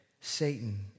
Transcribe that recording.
Satan